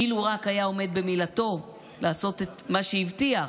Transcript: אילו רק היה עומד במילתו לעשות את מה שהבטיח,